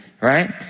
right